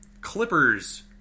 Clippers